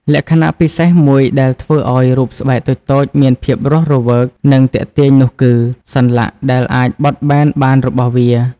លក្ខណៈពិសេសមួយដែលធ្វើឲ្យរូបស្បែកតូចៗមានភាពរស់រវើក និងទាក់ទាញនោះគឺ សន្លាក់ដែលអាចបត់បែនបានរបស់វា។